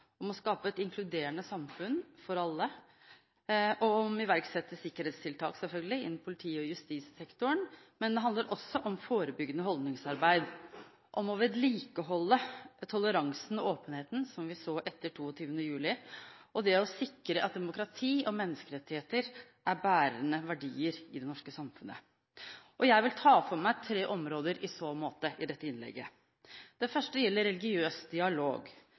om å skape et inkluderende samfunn for alle, og om å iverksette sikkerhetstiltak – selvfølgelig – innen politi- og justissektoren. Men det handler også om forebyggende holdningsarbeid, om å vedlikeholde toleransen og åpenheten som vi så etter 22. juli, og om å sikre at demokrati og menneskerettigheter er bærende verdier i det norske samfunnet. Jeg vil ta for meg tre områder i så måte i dette innlegget. Det første gjelder religiøs dialog.